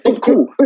cool